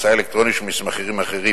המצאה אלקטרונית של מסמכים אחרים,